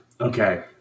Okay